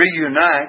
reunite